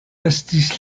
estis